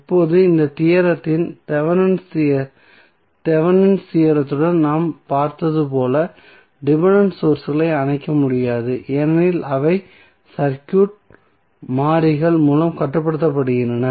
இப்போது இந்த தியோரத்தில் தேவெனின்ஸ் தியோரத்துடன் நாம் பார்த்தது போல டிபென்டென்ட் சோர்ஸ்களை அணைக்க முடியாது ஏனெனில் அவை சர்க்யூட் மாறிகள் மூலம் கட்டுப்படுத்தப்படுகின்றன